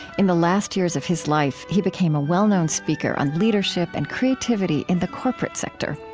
in the last years of his life, he became a well-known speaker on leadership and creativity in the corporate sector.